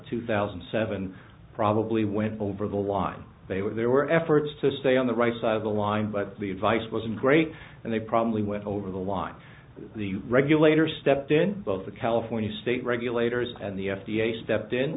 two thousand and seven probably went over the line they were there were efforts to stay on the right side the line but the advice wasn't great and they probably went over the line the regulators step then both the california state regulators and the f d a stepped in